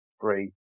three